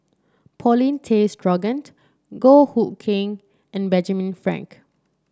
Paulin Tay Straughan Goh Hood Keng and Benjamin Frank